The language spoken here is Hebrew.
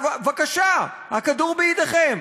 בבקשה, הכדור בידיכם.